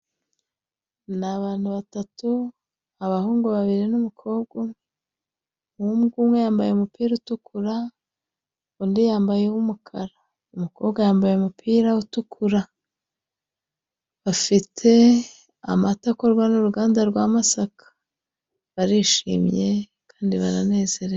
Ni abantu batatu, abahungu babiri n'umukobwa umwe, umuhungu umwe yambaye umupira utukura, undi yambaye uw'umukara, umukobwa yambaye umupira utukura, bafite amata akorwa n'uruganda rwa Masaka, barishimye kandi baranezerewe.